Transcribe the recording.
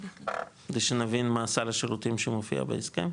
כדי שנבין מה סל השירותים שמופיע בהסכם.